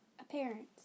Appearance